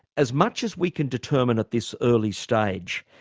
as much as we can determine at this early stage,